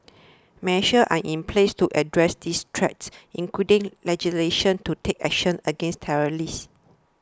measures are in place to address this threat including legislation to take action against terrorists